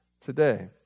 today